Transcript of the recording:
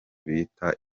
biyita